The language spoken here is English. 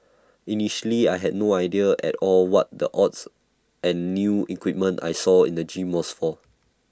initially I had no idea at all what the odds and new equipment I saw in the gym was for